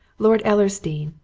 lord ellersdeane,